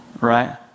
right